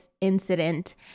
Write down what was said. incident